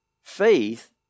Faith